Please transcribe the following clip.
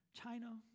China